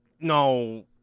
no